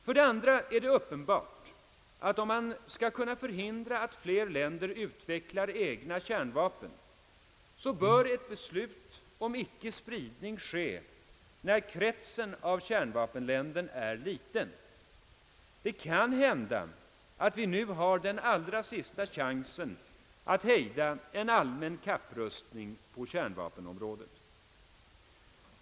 För det andra är det uppenbart att ett beslut om icke-spridning, om man skall kunna förhindra att fler länder utvecklar egna kärnvapen, bör fattas medan kretsen av kärnvapenländer ännu är liten. Det kan hända att vi nu har den allra sista chansen att hejda en allmän kapprustning på kärnvapenområdet.